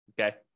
okay